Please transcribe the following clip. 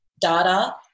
data